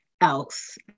else